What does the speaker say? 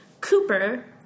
Cooper